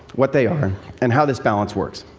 what they are and how this balance works.